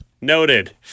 Noted